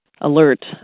alert